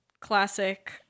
classic